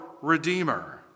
Redeemer